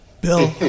Bill